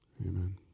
Amen